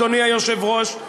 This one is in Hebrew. אדוני היושב-ראש,